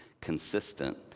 consistent